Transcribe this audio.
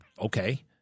okay